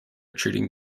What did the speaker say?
treating